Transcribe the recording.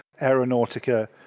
aeronautica